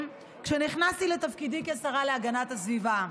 כשנכנסתי לתפקידי כשרה להגנת הסביבה.